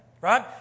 right